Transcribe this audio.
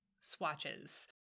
swatches